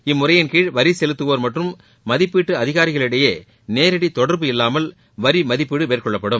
இம்முறையின்கீழ் வரி செலுத்துவோர் மற்றும் மதிப்பீட்டு அதிகாரிகளிடையே நேரடி தொடர்பு இல்லாமல் வரி மதிப்பீடு மேற்கொள்ளப்படும்